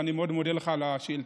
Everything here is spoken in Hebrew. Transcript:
ואני מאוד מודה לך על השאילתה.